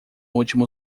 último